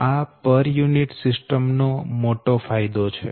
આ પર unit system નો મોટો ફાયદો છે